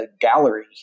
gallery